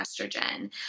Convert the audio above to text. estrogen